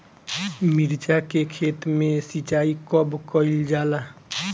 मिर्चा के खेत में सिचाई कब कइल जाला?